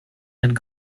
and